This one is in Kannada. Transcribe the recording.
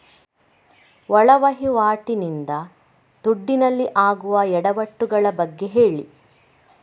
ಒಳ ವಹಿವಾಟಿ ನಿಂದ ದುಡ್ಡಿನಲ್ಲಿ ಆಗುವ ಎಡವಟ್ಟು ಗಳ ಬಗ್ಗೆ ಹೇಳಿ